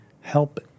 help